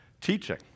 teaching